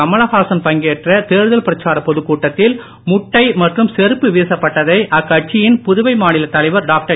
கமலஹாசன் பங்கேற்ற தேர்தல் பிரச்சாரப் பொதுக்கூட்டத்தில் முட்டை மற்றும் செருப்பு வீசப்பட்டதை அக்கட்சியின் புதுவை மாநிலத் தலைவர் டாக்டர்